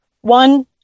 One